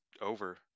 over